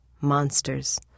monsters